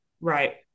Right